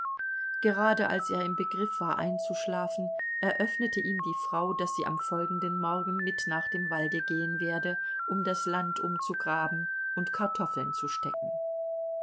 gerade als er im begriff war einzuschlafen eröffnete ihm die frau daß sie am folgenden morgen mit nach dem walde gehen werde um das land umzugraben und kartoffeln zu stecken